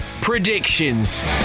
Predictions